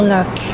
Look